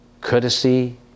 courtesy